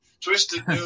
twisted